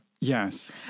Yes